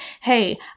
hey